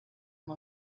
amb